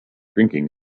drinking